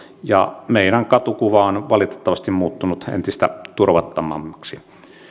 ja meidän katukuvamme on on valitettavasti muuttunut entistä turvattomammaksi